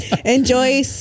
Enjoy